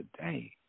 today